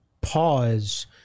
pause